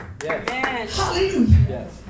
Hallelujah